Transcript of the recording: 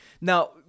Now